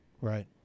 Right